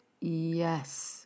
Yes